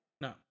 No